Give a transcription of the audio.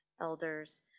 elders